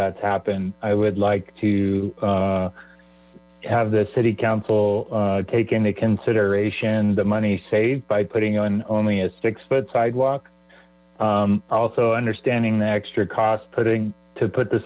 that's happened i would like to have the city council take into consideration the money saved by putting only a six foot sidewalk i also understand the extra costs putting to put the